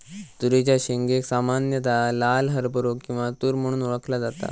तुरीच्या शेंगेक सामान्यता लाल हरभरो किंवा तुर म्हणून ओळखला जाता